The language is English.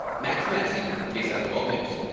next messi. ksat twelve news.